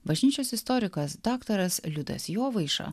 bažnyčios istorikas daktaras liudas jovaiša